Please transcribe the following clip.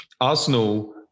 Arsenal